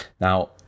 now